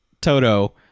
Toto